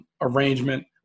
arrangement